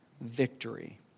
victory